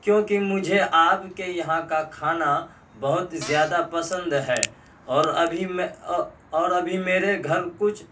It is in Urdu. کیونکہ مجھے آپ کے یہاں کا کھانا بہت زیادہ پسند ہے اور ابھی میں اور ابھی میرے گھر کچھ